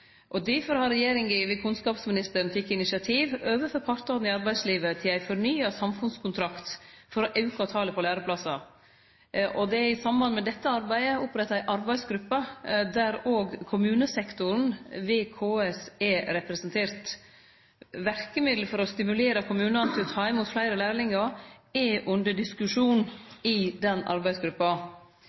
og offentleg sektor. Utviklinga i talet på læreplassar har vore positiv dei siste åra, men som kunnskapsministeren sa, er det framleis utfordringar – det er for mange som ikkje får den læreplassen dei ynskjer. Difor har regjeringa ved kunnskapsministeren teke initiativ overfor partane i arbeidslivet til ein fornya samfunnskontrakt for å auke talet på læreplassar. Det er i samband med dette arbeidet oppretta ei arbeidsgruppe der